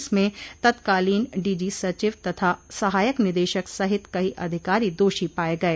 इसमें तत्कालीन डीजी सचिव तथा सहायक निदेशक सहित कई अधिकारी दोषी पाये गये